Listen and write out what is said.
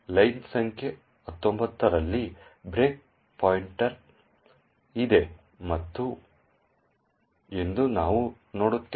line ಸಂಖ್ಯೆ 19 ರಲ್ಲಿ break point ಇದೆ ಎಂದು ನಾವು ನೋಡುತ್ತೇವೆ